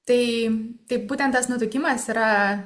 tai tai būtent tas nutukimas yra